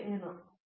ವಿಶ್ವನಾಥನ್ ಸರಿ